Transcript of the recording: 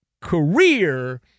career